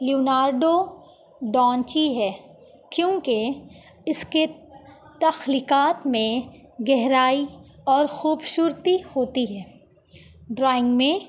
Leonardo da Vinci ہے کیونکہ اس کے تخلیقات میں گہرائی اور خوبصورتی ہوتی ہے ڈرائنگ میں